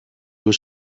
was